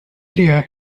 area